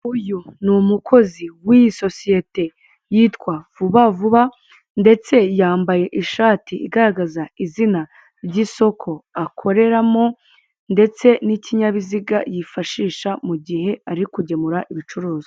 Uyu ni umukozi wiyi sosiyete yitwa vuba vuba ndetse yambaye ishati igaragaza izina ry'isoko akoreramo ndetse n'ikinyabiziga yifashisha mugihe ari kugemura ibicuruzwa.